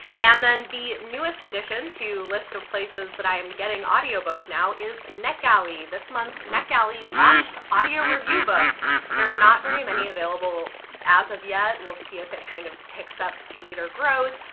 and then the newest addition to list of places that i am getting audiobooks now is netgalley. this month netgalley launched audio review books there are not very many available as of yet, we'll see if it kind of picks up speed or grows,